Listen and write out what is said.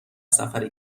سفر